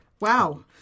wow